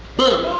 boom!